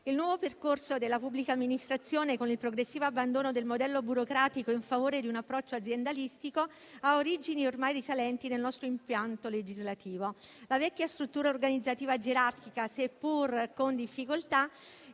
il nuovo percorso della pubblica amministrazione, con il progressivo abbandono del modello burocratico in favore di un approccio aziendalistico, ha origini ormai risalenti nel nostro impianto legislativo. La vecchia struttura organizzativa gerarchica, seppur con difficoltà,